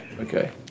Okay